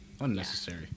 Unnecessary